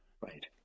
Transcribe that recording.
Right